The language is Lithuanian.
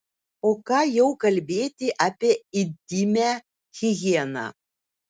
o ką jau kalbėti apie intymią higieną